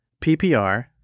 PPR